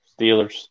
Steelers